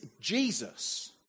Jesus